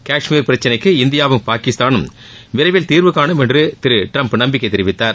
காஷ்மீர் பிரச்சினைக்கு இந்தியாவும் பாகிஸ்தானும் விரைவில் தீர்வுகானும் என்று திரு டிரம்ப் நம்பிக்கை தெரிவித்தார்